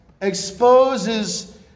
exposes